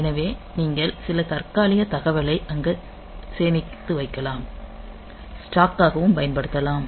எனவே நீங்கள் சில தற்காலிக தகவலை அங்கே சேமித்து வைக்கலாம் ஸ்டாக் காகவும் பயன்படுத்தலாம்